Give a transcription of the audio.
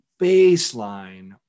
baseline